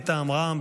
מטעם רע"ם,